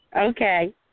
Okay